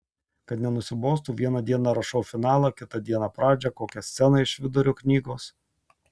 kad nenusibostų vieną dieną rašau finalą kitą dieną pradžią kokią sceną iš vidurio knygos